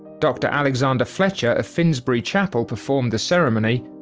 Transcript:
dr. alexander fletcher of finsbury chapel performed the ceremony,